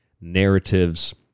narratives